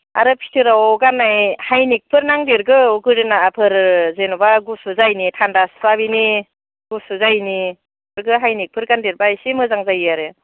आरो बिथोराव गान्नाय हायनेखफोर नांदेरगौ गोदोनाफोर जेन'बा गुसु जायैनि थान्दा सुहाबैनि गुसु जायैनि हाइनेखफोर गानदेरबा एसे मोजां जायो आरो